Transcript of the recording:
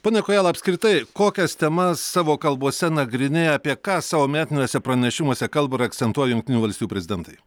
pone kojala apskritai kokias temas savo kalbose nagrinėja apie ką savo metiniuose pranešimuose kalba ir akcentuoja jungtinių valstijų prezidentai